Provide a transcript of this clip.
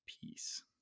peace